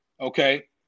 okay